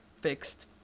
fixed